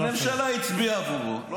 הממשלה הצביעה עבורו --- תגיד,